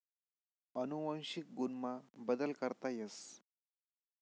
अनुवंशिक गुण मा बदल करता येस